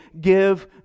give